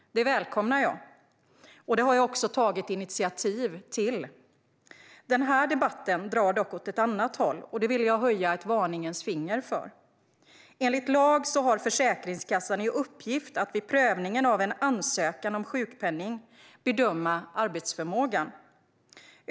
Det välkomnar jag, och det har jag tagit initiativ till. Den här debatten drar dock åt ett annat håll, och det vill jag höja ett varningens finger för. Försäkringskassan har enligt lag i uppgift att vid prövningen av en ansökan om sjukpenning bedöma arbetsförmågan.